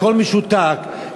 הכול משותק,